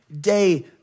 day